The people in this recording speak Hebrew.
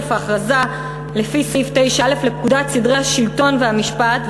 בתוקף ההכרזה לפי סעיף 9(א) לפקודת סדרי השלטון והמשפט,